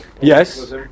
Yes